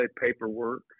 paperwork